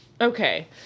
okay